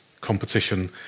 competition